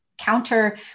counter